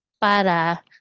para